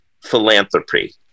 philanthropy